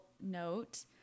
note